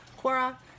Quora